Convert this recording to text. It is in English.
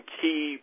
key